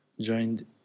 joined